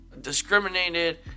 discriminated